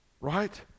right